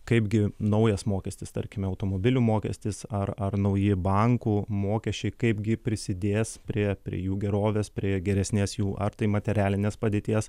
kaipgi naujas mokestis tarkime automobilių mokestis ar ar nauji bankų mokesčiai kaipgi prisidės prie prie jų gerovės prie geresnės jų ar tai materialinės padėties